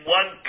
one